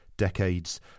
decades